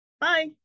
Bye